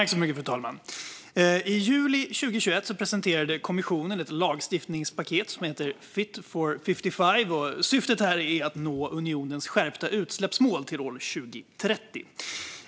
Fru talman! I juli 2021 presenterade kommissionen ett lagstiftningspaket som heter Fit for 55. Syftet är att nå unionens skärpta utsläppsmål till år 2030.